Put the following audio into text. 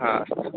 अस्तु